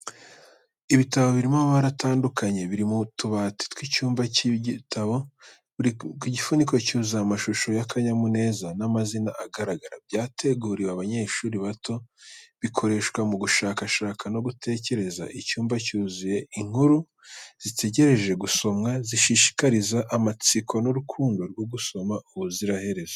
Ibitabo birimo amabara atandukanye biri mu tubati tw'icyumba cy'ibitabo, buri gifuniko cyuzuye amashusho y’akanyamuneza n'amazina agaragara. Byateguriwe abanyeshuri bato, bikoreshwa mu gushakashaka no gutekereza. Icyumba cyuzuyemo inkuru zitegereje gusomwa, zishishikariza amatsiko n’urukundo rwo gusoma ubuziraherezo.